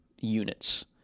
units